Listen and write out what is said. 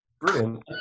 Brilliant